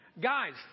Guys